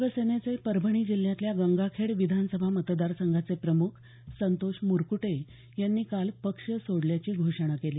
शिवसेनेचे परभणी जिल्ह्यातल्या गंगाखेड विधानसभा मतदारसंघाचे प्रमुख संतोष मुरकुटे यांनी काल पक्ष सोडल्याची घोषणा केली